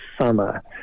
summer